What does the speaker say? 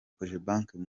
cogebanque